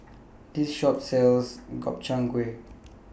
This Shop sells Gobchang Gui